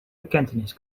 bekentenis